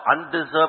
undeserved